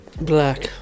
Black